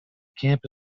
camp